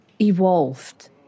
evolved